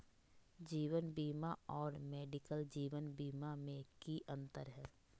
जीवन बीमा और मेडिकल जीवन बीमा में की अंतर है?